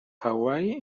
hawaii